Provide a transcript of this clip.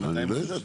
אני לא יודע.